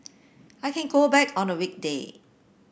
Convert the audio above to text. I can go back on a weekday